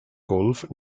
golf